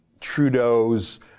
Trudeau's